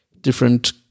different